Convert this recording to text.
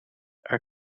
are